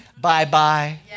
Bye-bye